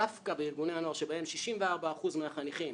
דווקא בארגוני הנוער שבהם 64% מהחניכים